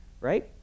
right